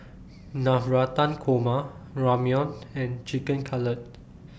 Navratan Korma Ramyeon and Chicken Cutlet